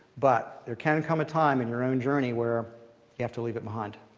but there can come a time in your own journey where you have to leave it behind.